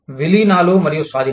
విలీనాలు మరియు స్వాధీనాలు